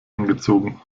angezogen